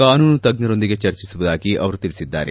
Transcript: ಕಾನೂನು ತಜ್ಜರೊಂದಿಗೆ ಚರ್ಚಿಸುವುದಾಗಿ ಅವರು ತಿಳಿಸಿದ್ದಾರೆ